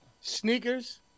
Sneakers